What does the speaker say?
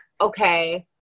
okay